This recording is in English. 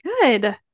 Good